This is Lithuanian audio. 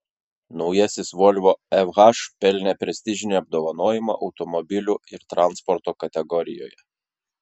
naujasis volvo fh pelnė prestižinį apdovanojimą automobilių ir transporto kategorijoje